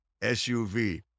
SUV